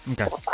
Okay